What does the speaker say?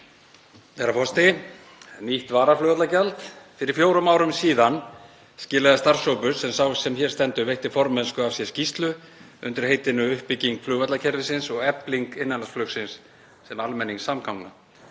Herra forseti. Nýtt varaflugvallagjald. Fyrir fjórum árum síðan skilaði starfshópur sem sá sem hér stendur veitti formennsku af sér skýrslu undir heitinu Uppbygging flugvallakerfisins og efling innanlandsflugsins sem almenningssamgangna.